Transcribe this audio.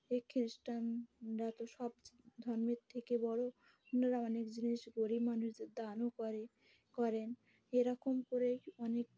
এই খ্রিস্টানরা তো সব ধর্মের থেকে বড়ো ওনারা অনেক জিনিস গরিব মানুষদের দানও করে করেন এরকম করে অনেক